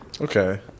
okay